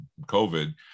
COVID